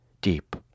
deep